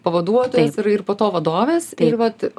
pavaduotojos ir ir po to vadovės ir vat